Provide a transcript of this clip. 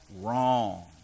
wrong